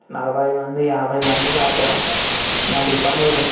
నలభై మంది యాభై మంది దాకా ఇలాంటి ఇబ్బందులు